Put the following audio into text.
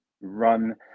run